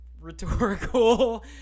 Rhetorical